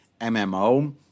MMO